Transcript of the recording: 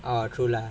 oh true lah